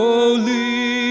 Holy